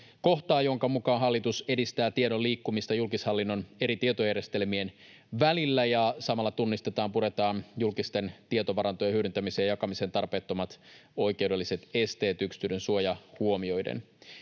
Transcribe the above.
kohtaa, jonka mukaan hallitus edistää tiedon liikkumista julkishallinnon eri tietojärjestelmien välillä, ja samalla tunnistetaan, puretaan julkisten tietovarantojen hyödyntämiseen ja jakamiseen tarpeettomat oikeudelliset esteet yksityisyyden suoja huomioiden.